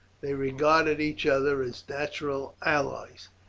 they regarded each other as natural allies.